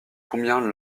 combien